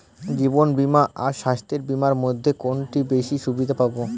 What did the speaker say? জীবন বীমা আর স্বাস্থ্য বীমার মধ্যে কোনটিতে বেশী সুবিধে পাব?